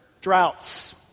droughts